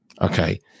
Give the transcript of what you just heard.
Okay